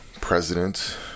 president